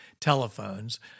telephones